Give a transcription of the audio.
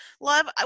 love